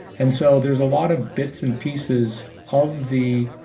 and so there's a lot of bits and pieces of the